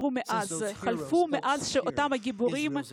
עברו מאז שאותם גיבורים